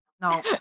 no